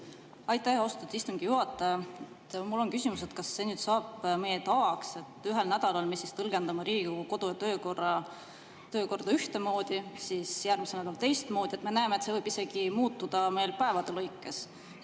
Aitäh, austatud istungi juhataja! Mul on küsimus: kas see nüüd saab meie tavaks, et ühel nädalal me tõlgendame Riigikogu kodu- ja töökorda ühtemoodi, siis järgmisel nädalal teistmoodi? Me näeme, et see võib meil muutuda isegi päevade lõikes.